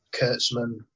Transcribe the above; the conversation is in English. Kurtzman